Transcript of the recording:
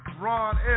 Ron